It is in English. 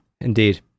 Indeed